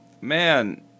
Man